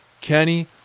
Kenny